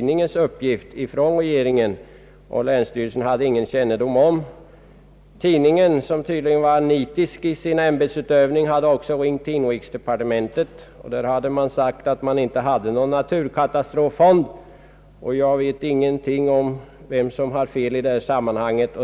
att länsstyrelsen inte mottagit någon propå från regeringen. Tidningsmannen, som tydligen var mycket nitisk i sin ämbetsutövning, hade också ringt till inrikesdepartementet, där man sagt att man inte hade någon naturkatastroffond. Jag vet ingenting om vem som har fel i detta sammanhang.